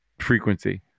frequency